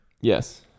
Yes